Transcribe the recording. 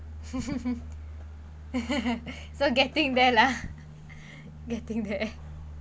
so getting there lah getting there okay okay